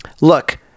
look